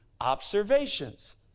observations